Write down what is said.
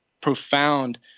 profound